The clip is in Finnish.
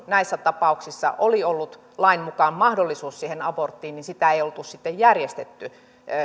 näissä tapauksissa oli ollut lain mukaan mahdollisuus siihen aborttiin niin sitä ei oltu sitten järjestetty